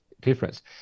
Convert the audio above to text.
difference